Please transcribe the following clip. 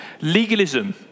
legalism